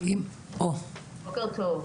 בוקר טוב.